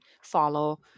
follow